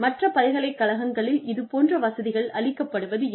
மற்ற பல்கலைக்கழகங்களில் இதுபோன்ற வசதிகள் அளிக்கப்படுவதில்லை